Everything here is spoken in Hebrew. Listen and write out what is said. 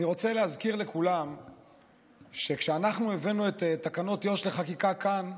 אני רוצה להזכיר לכולם שכשאנחנו הבאנו את תקנות יו"ש לחקיקה כאן,